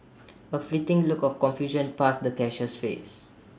A fleeting look of confusion passed the cashier's face